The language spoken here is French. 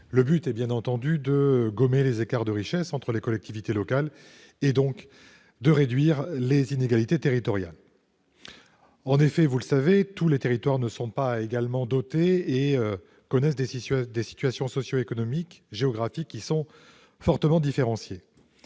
le but est de gommer les écarts de richesses entre collectivités locales et, ainsi, de réduire les inégalités territoriales. En effet, comme vous le savez, tous les territoires ne sont pas également dotés ; ils connaissent des situations socio-économiques et géographiques fort différentes.